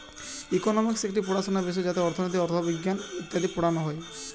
economics একটি পড়াশোনার বিষয় যাতে অর্থনীতি, অথবিজ্ঞান ইত্যাদি পড়ানো হয়